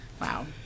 Wow